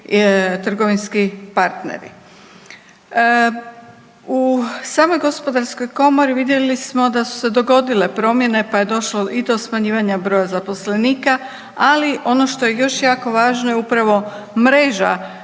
partneri. U samog Gospodarskoj komori vidjeli smo da su se dogodile promjene pa je došlo i do smanjivanja broja zaposlenika, ali ono što je još jako važno je upravo mreža